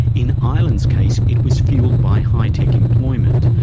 in ireland's case it was fuelled by high tech employment,